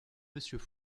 monsieur